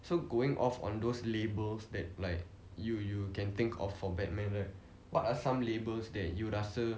so going off on those labels that like you you can think of for batman right what are some labels that you rasa